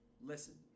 listen